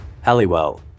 Halliwell